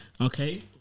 Okay